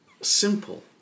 simple